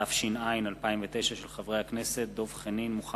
התש”ע 2009, מאת חבר הכנסת דב חנין וקבוצת